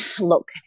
look